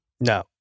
no